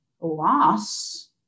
loss